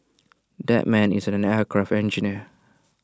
that man is an aircraft engineer